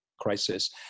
crisis